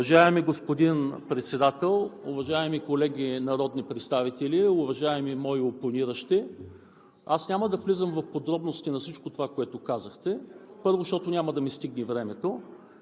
Уважаеми господин Председател, уважаеми колеги народни представители! Уважаеми мои опониращи, аз няма да влизам в подробности на всичко това, което казахте. Първо, защото няма да ми стигне времето.